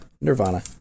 Nirvana